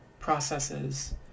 processes